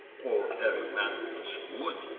or erymanthus' wood,